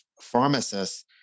pharmacists